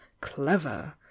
clever